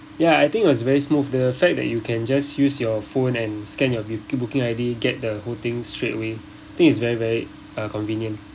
ya I think was very smooth the fact that you can just use your phone and scan your book booking I_D get the whole thing straight away I think is very very uh convenient